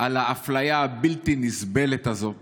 על האפליה הבלתי-נסבלת הזאת